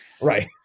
Right